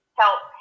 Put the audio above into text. help